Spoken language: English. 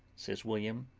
says william.